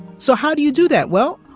so how do you do that? well,